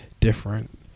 different